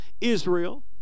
Israel